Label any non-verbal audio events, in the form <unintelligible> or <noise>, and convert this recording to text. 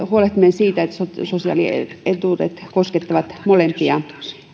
<unintelligible> huolehtiminen siitä että sosiaalietuudet koskettavat molempia